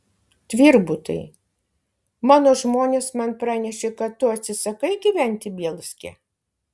tvirbutai mano žmonės man pranešė kad tu atsisakai gyventi bielske